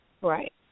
Right